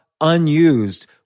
unused